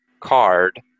card